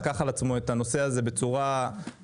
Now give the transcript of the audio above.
לקח על עצמו את הנושא הזה בצורה משמעותית.